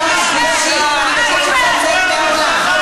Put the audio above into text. דבר עם